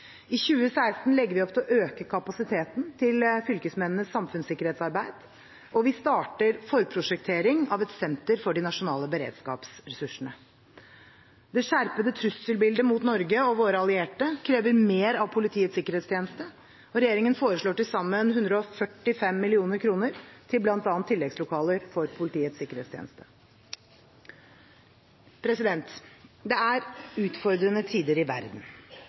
I 2016 legger vi opp til å øke kapasiteten til fylkesmennenes samfunnssikkerhetsarbeid, og vi starter forprosjektering av et senter for de nasjonale beredskapsressursene. Det skjerpede trusselbildet mot Norge og våre allierte krever mer av Politiets sikkerhetstjeneste. Regjeringen foreslår til sammen 145 mill. kr til bl.a. tilleggslokaler for Politiets sikkerhetstjeneste. Det er utfordrende tider i verden.